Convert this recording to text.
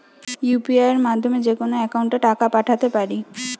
UPI মাধ্যমে যেকোনো একাউন্টে টাকা পাঠাতে পারি?